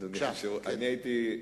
הייתי מבקש,